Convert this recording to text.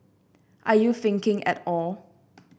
are you thinking at all